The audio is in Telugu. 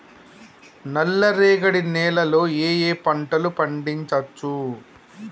నల్లరేగడి నేల లో ఏ ఏ పంట లు పండించచ్చు?